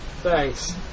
Thanks